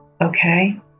okay